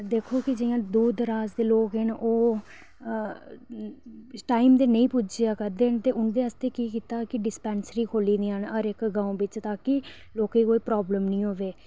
दिक्खो कि जियां दूर दराज दे लोग न ओह् टाइम दे नेईं पुज्जा करदे न ते ओह् उन्दे आस्तै कि कीता कि डिस्पेंसरियां खोह्ली दियां न हर इक्क गांव बिच्च ताकि लोकें गी कोई प्राबलम नी होवे